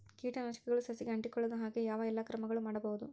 ಕೇಟನಾಶಕಗಳು ಸಸಿಗಳಿಗೆ ಅಂಟಿಕೊಳ್ಳದ ಹಾಗೆ ಯಾವ ಎಲ್ಲಾ ಕ್ರಮಗಳು ಮಾಡಬಹುದು?